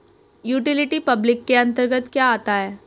Utility public के अंतर्गत क्या आता है?